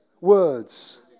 Words